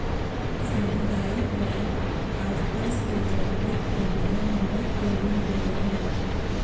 सामुदायिक बैंक आस पास के जरूरत के ध्यान मे रख के ऋण देवो हय